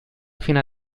fine